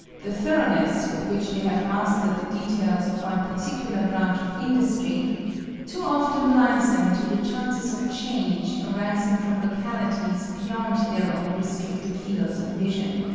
the thoroughness with which they have mastered the details of one particular branch of industry too often blinds them to the chances of change arising from localities beyond their own restricted fields of vision.